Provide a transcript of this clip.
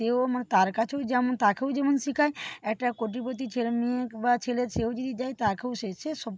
সেও মা তার কাছেও যেমন তাকেও যেমন শিখায় একটা কোটিপতির ছেলে মেয়ে বা ছেলে সেও যদি যায় তাকেও সে সেসব